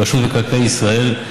רשות מקרקעי ישראל,